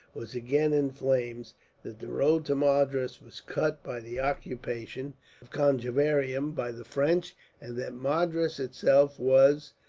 was again in flames that the road to madras was cut, by the occupation of conjeveram by the french and that madras itself was,